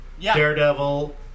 Daredevil